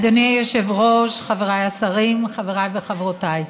אדוני היושב-ראש, חבריי השרים, חבריי וחברותיי,